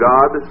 God